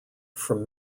from